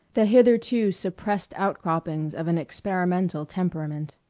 the hitherto-suppressed outcroppings of an experimental temperament.